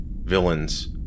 villains